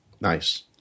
Nice